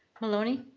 maloney?